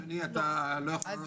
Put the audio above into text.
אדוני אתה לא יכול,